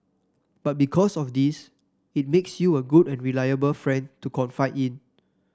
but because of this it makes you a good and reliable friend to confide in